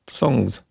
songs